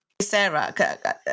Sarah